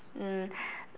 mm